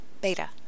Beta